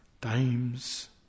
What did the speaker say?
Times